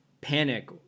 panic